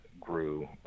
grew